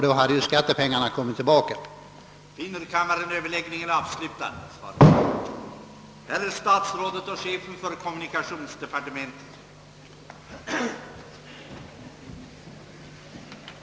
Då hade ju också skattepengarna kommit tillbaka igen.